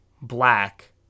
black